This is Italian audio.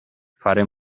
fare